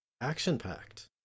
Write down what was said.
action-packed